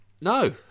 No